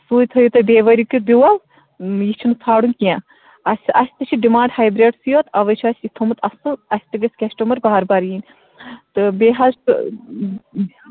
سُے تھٲیِو تُہۍ بیٚیہِ ؤری کیُتھ بیول یہِ چھُنہٕ ژھانٛڈُن کیٚنہہ اَسہِ اَسہِ تہِ چھِ ڈِمانٛڈ ہایبِرٛڈسٕے یوت اَوَے چھِ اَسہِ یہِ تھوٚمُت اصٕل اَسہِ تہِ گژھِ کیشٹٕمَر بار بار یِن تہٕ بیٚیہِ حظ چھُ